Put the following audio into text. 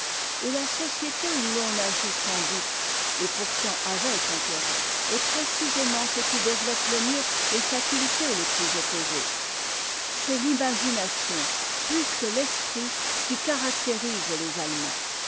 et ïa société pu t'en agit sans but et pourtant avec intérêt est précisément ce qui développe te mieux les facultés tes ptus opposées c'est l'imagination ptus que l'esprit qui caractérise les allemands